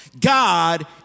God